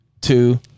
two